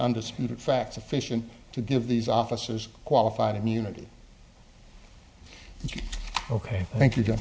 undisputed fact sufficient to give these offices qualified immunity ok thank you